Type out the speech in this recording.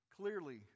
Clearly